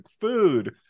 food